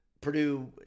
Purdue